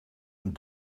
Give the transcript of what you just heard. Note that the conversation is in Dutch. een